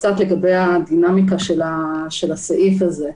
אסביר קצת את הדינמיקה של הסעיף הזה.